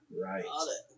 Right